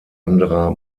anderer